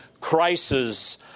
crisis